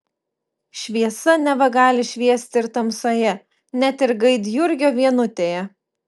šviesa neva gali šviesti ir tamsoje net ir gaidjurgio vienutėje